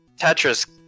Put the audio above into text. Tetris